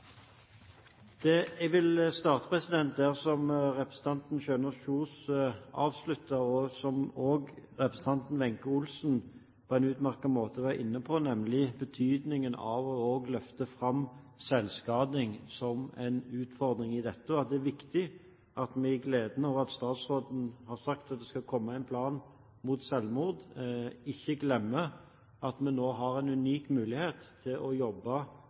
Jeg vil starte der representanten Kjønaas Kjos avsluttet, og som også representanten Wenche Olsen på en utmerket måte var inne på, nemlig med betydningen av å løfte fram selvskading som en utfordring i dette arbeidet. Det er viktig at vi i gleden over at statsråden har sagt at det skal komme en plan mot selvmord, ikke glemmer at vi nå har en unik mulighet til å jobbe